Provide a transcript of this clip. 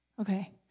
Okay